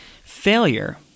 Failure